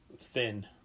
thin